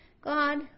God